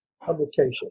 publication